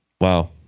Wow